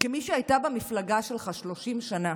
כמי שהייתה במפלגה שלך שלושים שנה,